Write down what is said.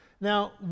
now